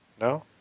No